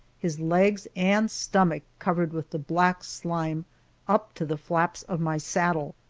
his legs and stomach covered with the black slime up to the flaps of my saddle,